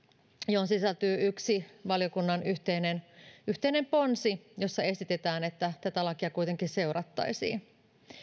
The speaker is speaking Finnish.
johon sisältyy yksi valiokunnan yhteinen ponsi jossa esitetään että tätä lakia kuitenkin seurattaisiin